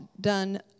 done